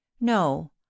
No